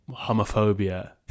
homophobia